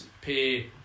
pay